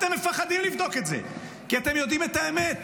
אתם מפחדים לבדוק את זה, כי אתם יודעים את האמת.